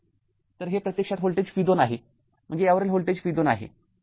तर हे प्रत्यक्षात व्होल्टेज v२ आहे म्हणजे यावरील व्होल्टेज v२ आहे